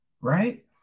right